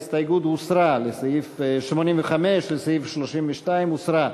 ההסתייגות 85 לסעיף 32 הוסרה.